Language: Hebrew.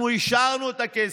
אנחנו אישרנו את הכסף,